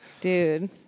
dude